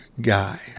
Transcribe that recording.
guy